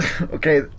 okay